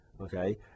okay